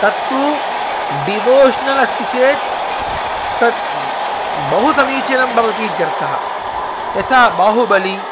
तत्तु डिवोशनल् अस्ति चेत् तत् बहु समीचीनं भवति इत्यर्थः यथा बाहुबलिः